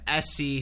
SC